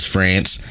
France